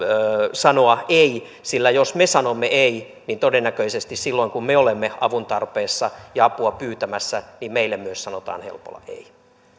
sanoa ei sillä jos me sanomme ei niin todennäköisesti silloin kun me olemme avun tarpeessa ja apua pyytämässä meille myös sanotaan helpolla ei